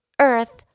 earth